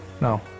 no